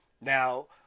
Now